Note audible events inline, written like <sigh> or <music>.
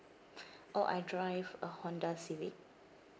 <breath> oh I drive a Honda civic